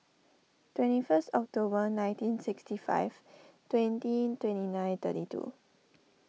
twenty first October nineteen sixty five twenty twenty nine thirty two